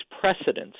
precedents